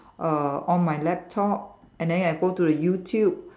uh on my laptop and then I'll go to the YouTube